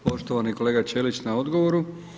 poštovani kolega Ćelić na odgovoru.